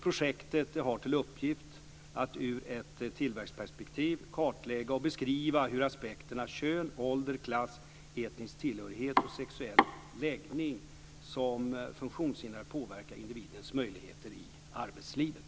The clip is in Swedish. Projektet har till uppgift att ur ett tillväxtperspektiv kartlägga och beskriva hur aspekterna kön, ålder, klass, etnisk tillhörighet, sexuell läggning samt funktionshinder påverkar individens möjligheter i arbetslivet.